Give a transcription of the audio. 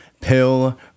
Pill